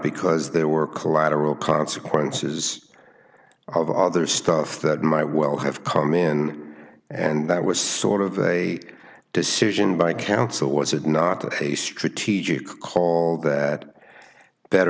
because there were collateral consequences of the other stuff that might well have come in and that was sort of a decision by counsel was it not that a strategic call that better